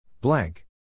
Blank